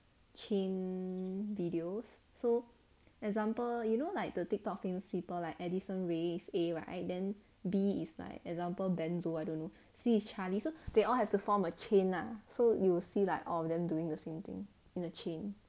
chain videos so example you know like the TikTok famous people like alison raise A right then B is like example benzo I don't know C is charlie so they all have to form a chain lah so you will see like all of them doing the same thing in a chain